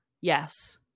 Yes